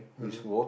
mmhmm